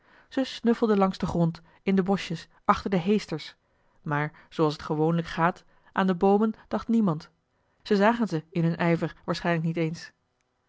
ze snuffelden langs den grond in de boschjes achter de heesters maar zooals het gewoonlijk gaat aan de boomen dacht niemand ze zagen ze in hun ijver waarschijnlijk niet eens